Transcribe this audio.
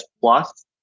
plus